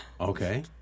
Okay